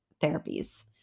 therapies